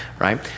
right